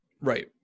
Right